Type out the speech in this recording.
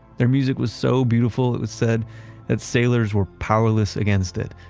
their music was so beautiful, it was said that sailors were powerless against it.